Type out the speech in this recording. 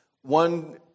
one